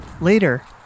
Later